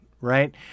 Right